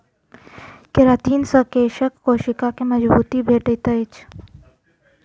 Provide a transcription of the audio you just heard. keratin से केशक कोशिका के मजबूती भेटैत अछि